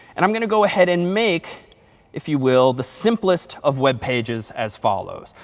and i'm going to go ahead and make if you will the simplest of web pages as follows.